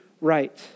right